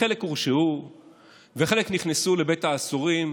חלק הורשעו וחלק נכנסו לבית האסורים,